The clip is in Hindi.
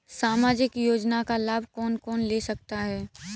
सामाजिक योजना का लाभ कौन कौन ले सकता है?